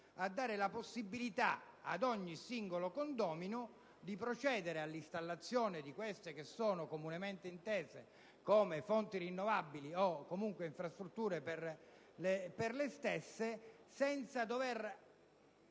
a dare la possibilità ad ogni singolo condomino di procedere all'installazione di quelle che sono comunemente intese come fonti rinnovabili, o comunque delle infrastrutture per le stesse, senza dover